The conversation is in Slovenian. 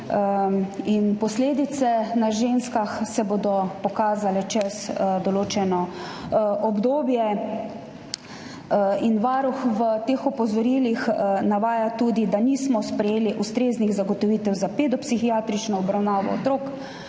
in posledice na ženskah se bodo pokazale čez določeno obdobje. Varuh v teh opozorilih navaja tudi, da nismo sprejeli ustreznih zagotovitev za pedopsihiatrično obravnavo otrok.